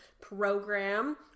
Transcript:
program